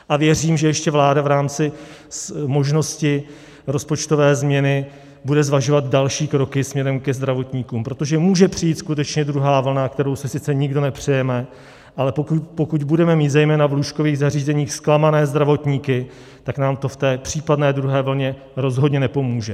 A věřím, že ještě vláda v rámci možnosti rozpočtové změny bude zvažovat další kroky směrem ke zdravotníkům, protože může přijít skutečně druhá vlna, kterou si sice nikdo nepřejeme, ale pokud budeme mít zejména v lůžkových zařízeních zklamané zdravotníky, tak nám to v té případné druhé vlně rozhodně nepomůže.